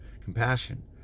compassion